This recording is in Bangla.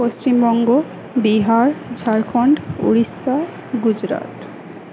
পশ্চিমবঙ্গ বিহার ঝাড়খন্ড উড়িষ্যা গুজরাট